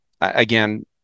again